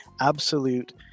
absolute